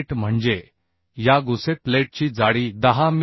plate म्हणजे या gusset प्लेटची जाडी 10 मि